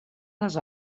les